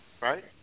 Right